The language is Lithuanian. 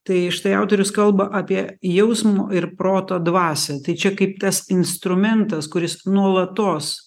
tai štai autorius kalba apie jausmo ir proto dvasią tai čia kaip tas instrumentas kuris nuolatos